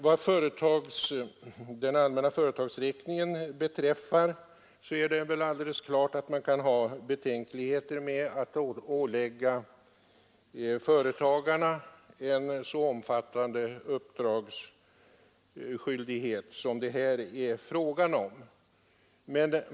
Vad den allmänna företagsräkningen beträffar är det alldeles klart att man kan ha betänkligheter när det gäller att ålägga företagarna en så omfattande uppgiftsskyldighet som det här är fråga om.